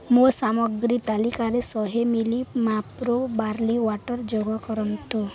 ମୋ ସାମଗ୍ରୀ ତାଲିକାରେ ଶହେ ମିଲି ମାପ୍ରୋ ବାର୍ଲି ୱାଟର୍ ଯୋଗ କରନ୍ତୁ